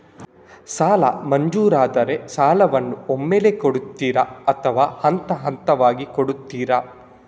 ಸಾಲ ಮಂಜೂರಾದರೆ ಸಾಲವನ್ನು ಒಮ್ಮೆಲೇ ಕೊಡುತ್ತೀರಾ ಅಥವಾ ಹಂತಹಂತವಾಗಿ ಕೊಡುತ್ತೀರಾ?